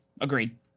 agreed